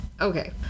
okay